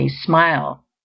smile